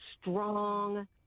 strong